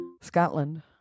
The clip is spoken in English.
Scotland